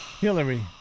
Hillary